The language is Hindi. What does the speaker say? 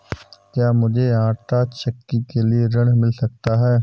क्या मूझे आंटा चक्की के लिए ऋण मिल सकता है?